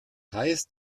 heißt